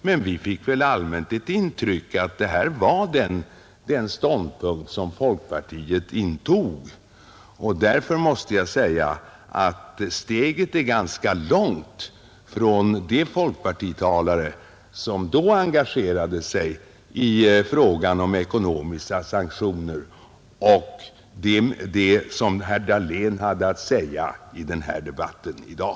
Men vi fick väl allmänt ett intryck av att detta var den ståndpunkt som folkpartiet intog. Därför måste jag säga att steget är ganska långt från de folkpartitalare som då engagerade sig i frågan om ekonomiska sanktioner och det som herr Dahlén hade att säga i denna debatt i dag.